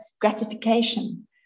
gratification